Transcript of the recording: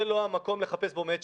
זה לא המקום לחפש בו מצ'ינג.